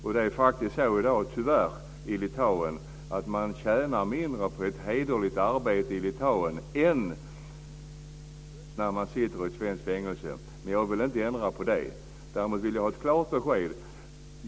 Tyvärr är det så i dag i Litauen att man tjänar mindre på ett hederligt arbete än att sitta i ett svenskt fängelse. Men jag vill inte ändra på det. Däremot vill jag ha ett klart besked.